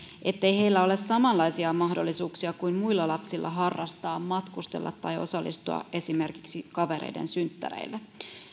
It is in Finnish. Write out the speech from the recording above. ettei heillä ole samanlaisia mahdollisuuksia kuin muilla lapsilla harrastaa matkustella tai osallistua esimerkiksi kavereiden synttäreille